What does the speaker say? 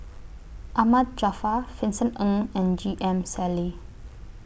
Ahmad Jaafar Vincent Ng and J M Sali